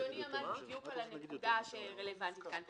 אדוני עמד בדיוק על הנקודה שרלבנטית לנו.